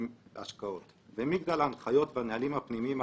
עניינים גדולים.